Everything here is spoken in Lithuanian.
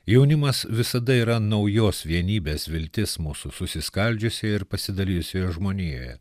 jaunimas visada yra naujos vienybės viltis mūsų susiskaldžiusioje ir pasidalijusioje žmonijoje